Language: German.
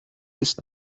ist